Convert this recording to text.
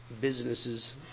businesses